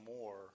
more